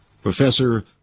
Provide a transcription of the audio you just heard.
Professor